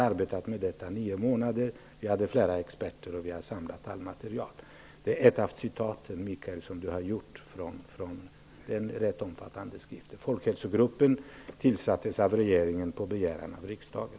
Vi arbetade med dessa frågor i nio månader, och vi hade tillgång till flera experter som samlade allt material. Mikael Odenberg citerade den rätt omfattande skriften.